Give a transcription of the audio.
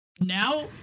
Now